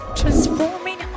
transforming